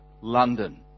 London